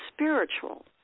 spiritual